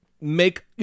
make